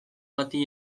bati